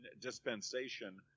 dispensation